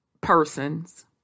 persons